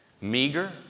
meager